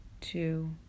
two